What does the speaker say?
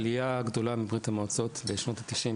העלייה הגדולה מברית המועצות בשנות ה-90,